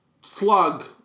slug